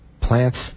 Plants